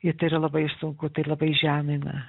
ir tai yra labai sunku tai labai žemina